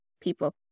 People